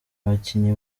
abakinnyi